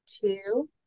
two